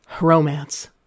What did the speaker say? Romance